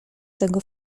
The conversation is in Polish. tego